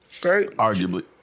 Arguably